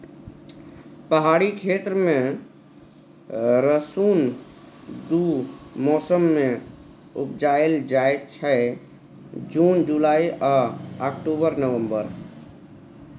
पहाड़ी क्षेत्र मे रसुन दु मौसम मे उपजाएल जाइ छै जुन जुलाई आ अक्टूबर नवंबर